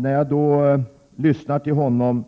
När jag lyssnar till honom,